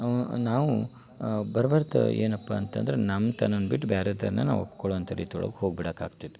ನಾವು ಬರ್ ಬರ್ತಾ ಏನಪ್ಪಾ ಅಂತಂದ್ರೆ ನಮ್ಮ ತನನ ಬಿಟ್ಟು ಬ್ಯಾರೆ ತನನ ನಾವು ಒಪ್ಕೋಳ್ಳೋ ಅಂತ ರೀತಿ ಒಳ್ಗೆ ಹೋಗ್ಬಿಡಕಾಗ್ತೈತಿ